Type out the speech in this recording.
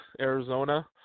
Arizona